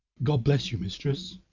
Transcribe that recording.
god bless you, mistress.